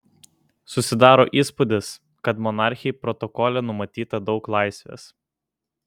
susidaro įspūdis kad monarchei protokole numatyta daug laisvės